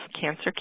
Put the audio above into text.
cancer